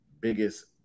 biggest